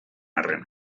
arren